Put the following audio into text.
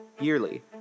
Yearly